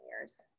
years